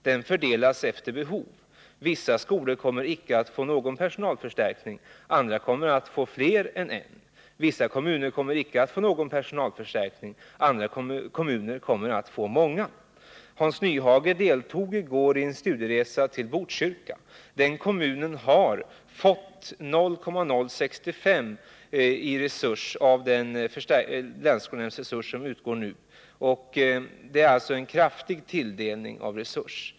Den fördelas efter behov. Vissa skolor kommer icke att få någon personalförstärkning, andra skolor kommer att få en stor förstärkning. Vissa kommuner kommer icke att få någon personalförstärkning, andra kommuner kommer att få många. Hans Nyhage deltog i går i en studieresa till Botkyrka. Den kommunen har fått 0,065 behovtimmar per elev genom den länsskolnämndsresurs som utgår nu. Det är alltså en kraftig tilldelning.